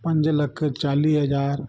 पंज लख चालीह हज़ार